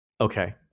Okay